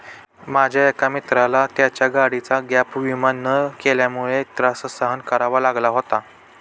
माझ्या एका मित्राला त्याच्या गाडीचा गॅप विमा न केल्यामुळे त्रास सहन करावा लागला होता